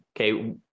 okay